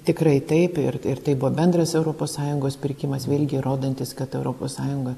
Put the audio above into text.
tikrai taip ir ir tai buvo bendras europos sąjungos pirkimas vėlgi įrodantis kad europos sąjunga